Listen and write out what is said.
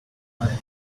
imagine